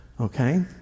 Okay